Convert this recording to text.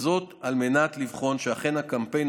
על מנת לבחון שאכן הקמפיין,